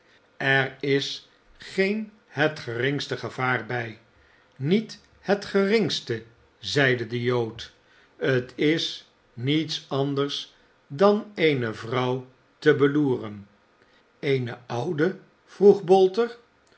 er is geen het geringste gevaar bij niet het geringste zeide de jood t is niets anders dan eene vrouw te beloeren eene oude vroeg bolter